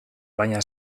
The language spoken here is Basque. baina